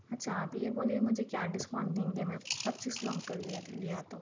اچھا آپ یہ بولیے مجھے کیا ڈِسکاؤنٹ دیں گے میں پچیس لوگوں کا لیا لیا تو